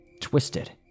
twisted